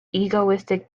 egoistic